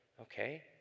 okay